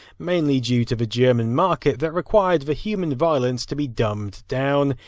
mainly due to the german market that required the human violence to be dumbed down,